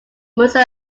mirza